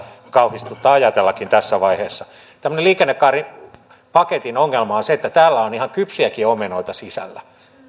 kauhistuttaa ajatellakin tässä vaiheessa tämmöisen liikennekaaripaketin ongelma on se että täällä on ihan kypsiäkin omenoita sisällä